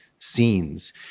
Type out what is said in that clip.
scenes